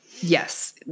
Yes